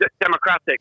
democratic